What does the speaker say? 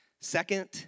Second